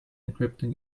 encrypting